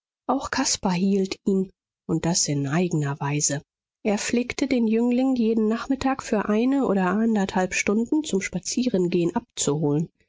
auch caspar hielt ihn und das in eigner weise er pflegte den jüngling jeden nachmittag für eine oder anderthalb stunden zum spazierengehen abzuholen